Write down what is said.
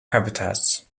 habitats